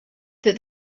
that